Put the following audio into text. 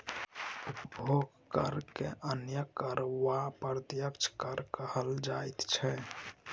उपभोग करकेँ अन्य कर वा अप्रत्यक्ष कर कहल जाइत छै